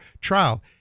trial